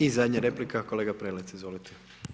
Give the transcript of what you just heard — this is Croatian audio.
I zadnja replika, kolega Prelec, izvolite.